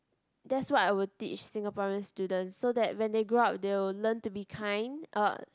that's what I will teach Singaporean students so that when they grow up they will learn to be kind uh